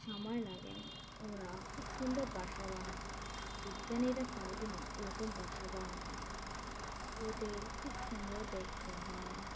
সময় লাগে ওরা খুব সুন্দর বাসা বানায় বিজ্ঞানীরা পারবে না ওরকম বাসা বানাতে ওদের খুব সুন্দর দেখতে হয়